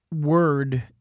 word